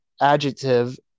adjective